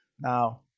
Now